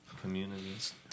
communities